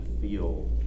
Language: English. feel